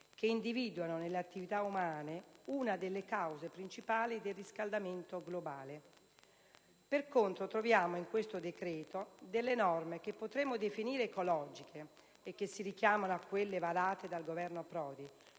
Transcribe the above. che individuano nelle attività umane una delle cause principali del riscaldamento globale. Per contro, troviamo in questo decreto delle norme che potremmo definire ecologiche e che si richiamano a quelle varate dal Governo Prodi,